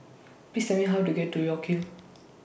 Please Tell Me How to get to York Hill